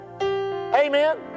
Amen